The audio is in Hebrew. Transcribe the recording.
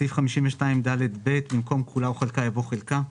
בסעיף 52ד(ב), במקום "כולה או חלקה" יבוא "חלקה".